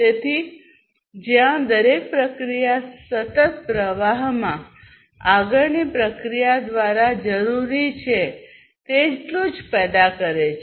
તેથી જ્યાં દરેક પ્રક્રિયા સતત પ્રવાહમાં આગળની પ્રક્રિયા દ્વારા જરૂરી છે તે પેદા કરે છે